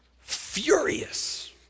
furious